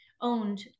owned